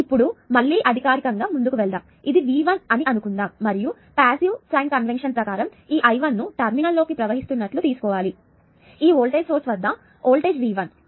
ఇప్పుడు మళ్ళీ అధికారకంగా ముందుకు వెల్దాము ఇది V1 అని అనుకుందాము మరియు పాసివ్ సైన్ కన్వెన్షన్ ప్రకారం ఈ I1 ను టెర్మినల్ లోకి ప్రవహిస్తున్నట్లు తీసుకోవాలి ఈ వోల్టేజ్ సోర్స్ వద్ద వోల్టేజ్ V1